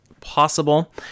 possible